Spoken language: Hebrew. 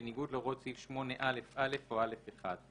בניגוד להוראות סעיף 8א(א) או (א1);